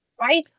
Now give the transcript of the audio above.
right